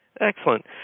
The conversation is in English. Excellent